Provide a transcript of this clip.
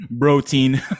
protein